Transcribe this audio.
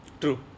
true